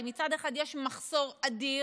אם מצד אחד יש מחסור אדיר,